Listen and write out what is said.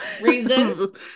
Reasons